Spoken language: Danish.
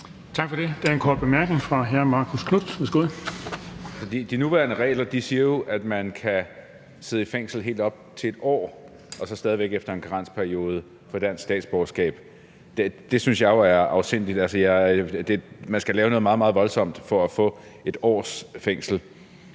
fra hr. Marcus Knuth. Værsgo. Kl. 15:25 Marcus Knuth (KF): De nuværende regler siger jo, at man kan sidde i fængsel i helt op til 1 år og så derefter efter en karensperiode få dansk statsborgerskab. Det synes jeg jo er afsindigt. Man skal lave noget meget, meget voldsomt for at få 1 års fængsel.